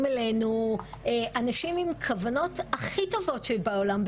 אלינו אנשים עם כוונות הכי טובות שיש בעולם,